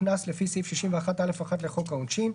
קנס לפי סעיף 61(א)(1) לחוק העונשין: